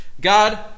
God